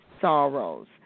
sorrows